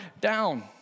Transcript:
down